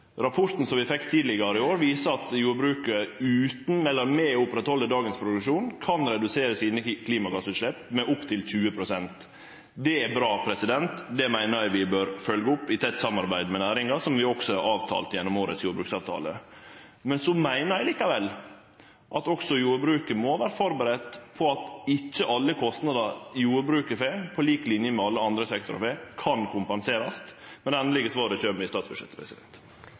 Rapporten som vi fekk tidlegare i år, viser at jordbruket ved å halde fram med dagens produksjon kan redusere klimagassutsleppa med opptil 20 pst. Det er bra. Det meiner eg vi bør følgje opp i tett samarbeid med næringa, noko som også er avtalt gjennom årets jordbruksavtale. Så meiner eg at også jordbruket må vere førebudd på at ikkje alle kostnader ein får, på lik linje med det som alle andre sektorar får, kan kompenserast. Det endelege svaret kjem i statsbudsjettet.